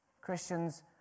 Christians